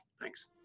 Thanks